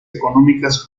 económicas